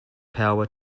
power